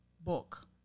book